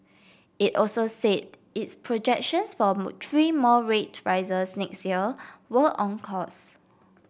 it also said its projections for three more rate rises next year were on course